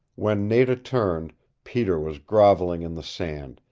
when nada turned peter was groveling in the sand,